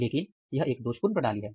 लेकिन यह एक दोषपूर्ण प्रणाली है